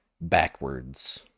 backwards